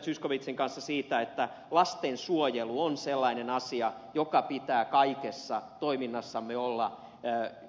zyskowiczin kanssa siitä että lastensuojelu on sellainen asia jonka pitää kaikessa toiminnassamme olla